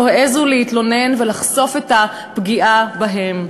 העזו להתלונן ולחשוף את הפגיעה בהם.